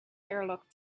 airlock